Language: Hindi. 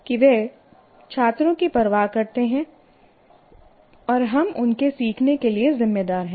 कि वे छात्रों की परवाह करते हैं और हम उनके सीखने के लिए जिम्मेदार हैं